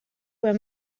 were